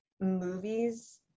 movies